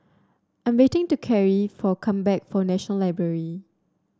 I'm waiting to Kerry for come back from National Library